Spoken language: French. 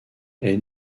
est